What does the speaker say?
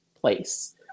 place